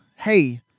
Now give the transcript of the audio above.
Hey